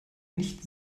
nicht